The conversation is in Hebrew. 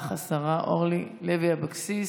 תודה רבה לך, השרה אורלי לוי אבקסיס.